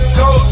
go